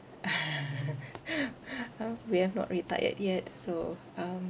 ah we have not retired yet so um